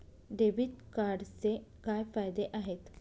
Debit कार्डचे काय फायदे आहेत?